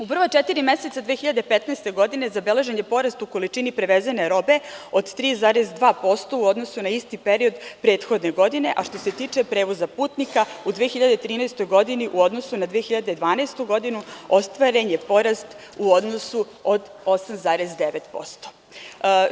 U prva četiri meseca 2015. godine zabeležen je porast u količini prevezene robe od 3,2% u odnosu na isti period prethodne godine, a što se tiče prevoza putnika u 2013. godini u odnosu na 2012. godinu, ostvarene je porast u odnosu od 8,9%